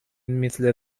مثل